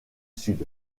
sud